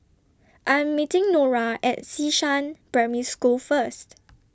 I Am meeting Norah At Xishan Primary School First